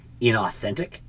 inauthentic